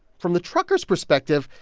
from the truckers' perspective,